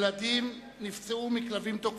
ילדים נפצעו מכלבים תוקפים.